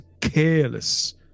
careless